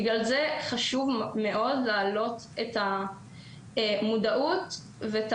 בגלל זה חשוב מאוד להעלות את המודעות ואת